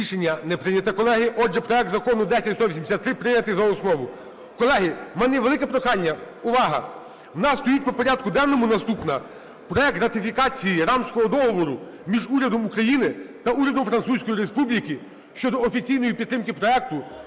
Рішення не прийнято, колеги. Отже, проект Закону 10183 прийнятий за основу. Колеги, у мене є велике прохання. Увага! У нас стоїть по порядку денному наступний проект ратифікації Рамкового договору між Урядом України та Урядом Французької Республіки щодо офіційної підтримки проекту